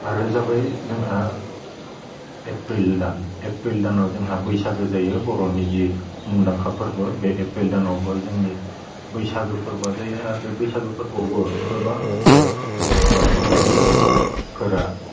आरो जाबाय जोंहा एप्रिल दान एप्रिल दानाव जोंहा बैसागु जायो बर'नि जि मुदांखा फोरबो बे एप्रिल दानावबो जोंनि बैसागो फोरबोआ जायो आरो बे बैसागो फोरबोआवबो गोबां बाथौवारिफोरा